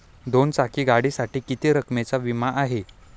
दोन चाकी गाडीसाठी किती रकमेचा विमा आहे?